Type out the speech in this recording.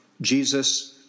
Jesus